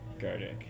Gardek